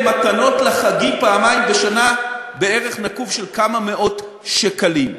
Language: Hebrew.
מתנות לחגים פעמיים בשנה בערך נקוב של כמה מאות שקלים.